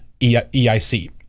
EIC